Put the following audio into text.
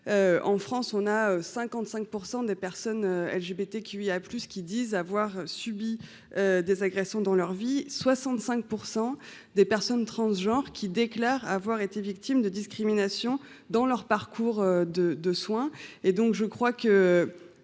en France, on a 55 % des personnes LGBT qui lui a plu ce qu'ils disent avoir subi des agressions dans leur vie 65 % des personnes transgenres qui déclarent avoir été victimes de discrimination dans leur parcours de de soins